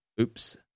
Oops